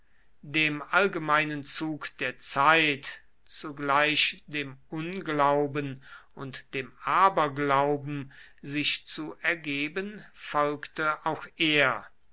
dem allgemeinen zug der zeit zugleich dem unglauben und dem aberglauben sich zu ergeben folgte auch er